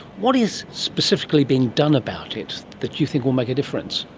what is specifically being done about it that you think will make a difference?